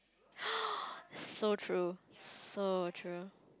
so true so true